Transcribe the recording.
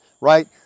right